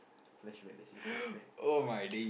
flashback let's see flashback